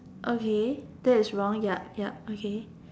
okay that is wrong yup yup okay